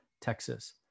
Texas